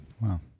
Wow